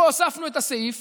פה הוספנו את הסעיף